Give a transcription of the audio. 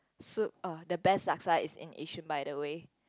soup oh the best laksa is in Yishun by the way